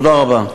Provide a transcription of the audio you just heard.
תודה רבה.